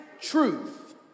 truth